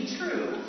true